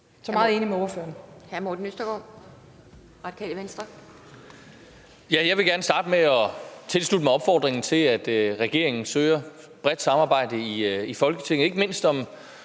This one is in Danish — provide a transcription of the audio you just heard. Morten Østergaard (RV): Jeg vil gerne starte med at tilslutte mig opfordringen til, at regeringen søger et bredt samarbejde i Folketinget,